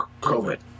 COVID